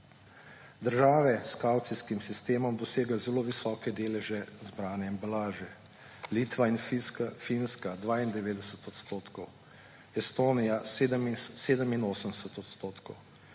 Države s kavcijskim sistemom dosegajo zelo visoke deleže zbrane embalaže – Litva in Finska 92 odstotkov, Estonija 87 odstotkov,